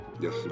yes